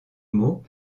meaux